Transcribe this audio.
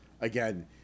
again